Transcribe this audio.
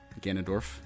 Ganondorf